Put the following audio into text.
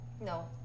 No